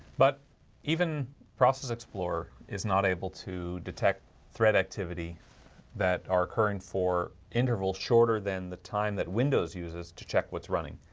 but even process explorer is not able to detect thread activity that are occurring for interval shorter than the time that windows uses to check what's running?